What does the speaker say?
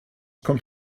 kommt